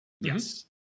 Yes